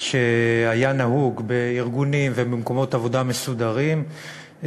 שהיה נהוג בארגונים ובמקומות עבודה מסודרים,